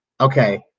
Okay